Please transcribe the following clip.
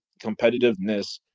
competitiveness